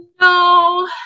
No